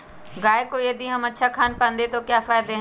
गाय को यदि हम अच्छा खानपान दें तो क्या फायदे हैं?